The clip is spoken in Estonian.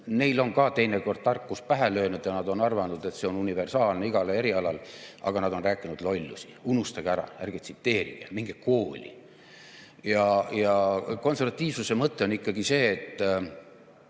Neil on ka teinekord tarkus pähe löönud ja nad on arvanud, et see on universaalne igale erialale, aga nad on rääkinud lollusi. Unustage ära! Ärge tsiteerige! Minge kooli! Konservatiivsuse mõte,